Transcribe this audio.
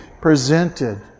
presented